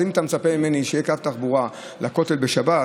אז אם אתה מצפה ממני שיהיה קו תחבורה לכותל בשבת,